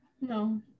No